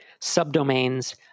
subdomains